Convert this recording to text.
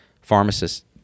pharmacists